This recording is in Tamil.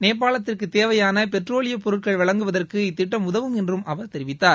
நேபாளத்திற்கு தேவையாள பெட்ரோலியப் பொருட்கள் வழங்குவதற்கு இத்திட்டம் உதவும் என்றும் அவர் தெிவித்தார்